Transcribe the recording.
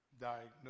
diagnose